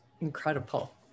Incredible